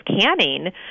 canning